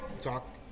talk